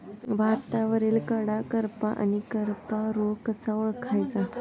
भातावरील कडा करपा आणि करपा रोग कसा ओळखायचा?